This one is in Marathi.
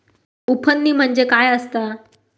उफणणी म्हणजे काय असतां?